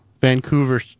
Vancouver